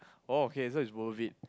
oh okay so it's worth it